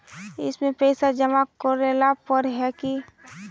इसमें पैसा जमा करेला पर है की?